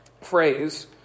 phrase